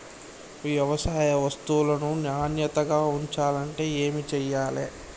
వ్యవసాయ వస్తువులను నాణ్యతగా ఉంచాలంటే ఏమి చెయ్యాలే?